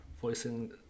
voicing